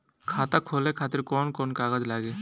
खाता खोले खातिर कौन कौन कागज लागी?